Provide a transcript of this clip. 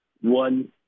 one